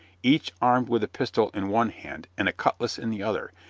each armed with a pistol in one hand and a cutlass in the other,